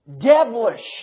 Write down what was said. devilish